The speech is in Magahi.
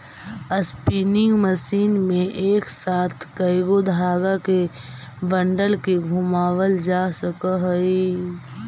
स्पीनिंग मशीन में एक साथ कएगो धाग के बंडल के घुमावाल जा सकऽ हई